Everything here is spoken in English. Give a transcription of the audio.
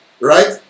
right